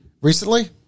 Recently